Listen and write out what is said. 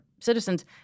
citizens